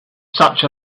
such